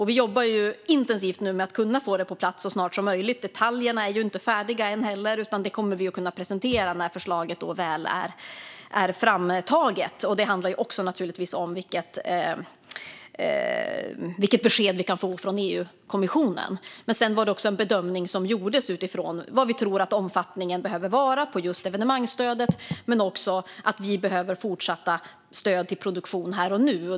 Vi jobbar nu intensivt med att kunna få det på plats så snart som möjligt. Detaljerna är inte färdiga, utan dem kommer vi att kunna presentera när förslaget väl är framtaget. Det handlar givetvis också om vilket besked vi får från EU-kommissionen. Det var också en bedömning som gjordes utifrån vad vi trodde att omfattningen behöver vara på just evenemangsstödet och att vi behöver fortsatta stöd här och nu.